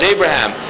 Abraham